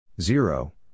Zero